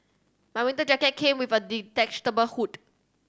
my winter jacket came with a detachable hood